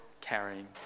carrying